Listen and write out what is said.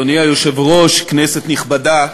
אדוני היושב-ראש, כנסת נכבדה,